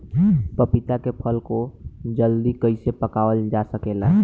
पपिता के फल को जल्दी कइसे पकावल जा सकेला?